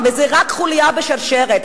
וזה רק חוליה בשרשרת,